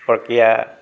প্ৰক্ৰিয়া